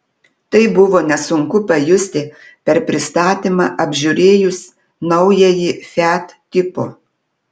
tai buvo nesunku pajusti per pristatymą apžiūrėjus naująjį fiat tipo